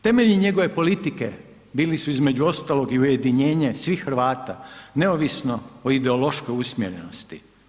Temelji njegove politike bili su između ostalog i ujedinjenje svih Hrvata neovisno o ideološkoj usmjerenosti.